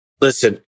Listen